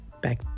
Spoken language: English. back